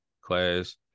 class